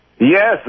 Yes